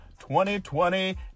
2020